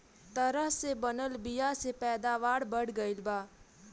तरह से बनल बीया से पैदावार बढ़ गईल बा